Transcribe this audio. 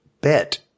bet